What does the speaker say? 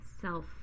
self